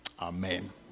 amen